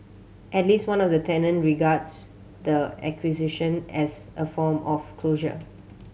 at least one of the tenant regards the acquisition as a form of closure